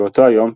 באותו היום,